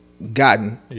Gotten